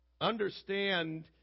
understand